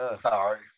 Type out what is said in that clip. sorry